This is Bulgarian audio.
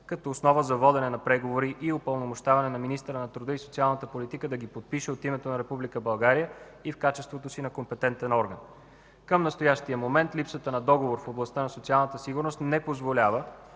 като основа за водене на преговори и упълномощаване на министъра на труда и социалната политика да ги подпише от името на Република България и в качеството си на компетентен орган. Към настоящия момент липсата на договор в областта на социалната сигурност не позволява